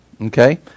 okay